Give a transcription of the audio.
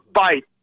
fight